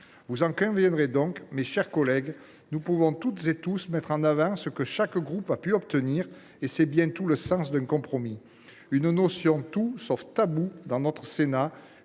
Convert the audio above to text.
Vous en conviendrez donc, mes chers collègues, nous pouvons toutes et tous mettre en avant ce que chaque groupe a pu obtenir, et c’est bien tout le sens d’un compromis. Cette notion est tout sauf taboue dans notre Sénat,